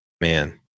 man